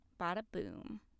bada-boom